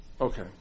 Okay